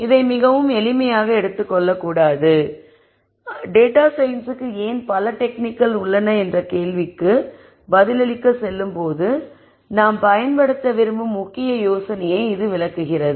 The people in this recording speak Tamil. இதை மிகவும் எளிமையாக எடுத்துக் கொள்ளக்கூடாது ஆனால் டேட்டா சயின்ஸ்சுக்கு ஏன் பல டெக்னிக்கள் உள்ளன என்ற கேள்விக்கு பதிலளிக்க செல்லும்போது நாம் பயன்படுத்த விரும்பும் முக்கிய யோசனையை இது விளக்குகிறது